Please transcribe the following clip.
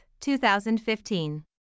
2015